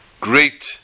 great